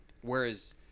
Whereas